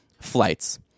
flights